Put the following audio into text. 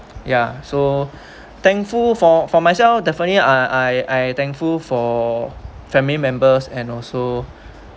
ya so thankful for for myself definitely I I thankful~ for family members and also